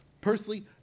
personally